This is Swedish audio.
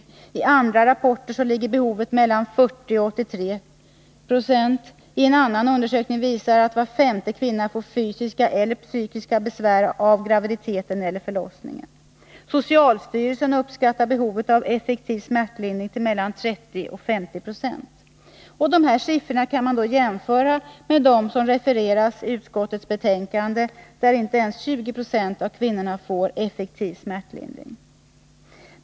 Enligt andra rapporter ligger behovet på mellan 40 och 83 26. En annan undersökning visar att var femte kvinna får fysiska eller psykiska besvär av graviditeten eller förlossningen. Socialstyrelsen uppskattar behovet av effektiv smärtlindring till mellan 30 och 50 26. Dessa siffror kan man jämföra med dem som refereras i utskottets betänkande, som visar att inte ens 20 90 av kvinnorna får effektiv smärtlindring.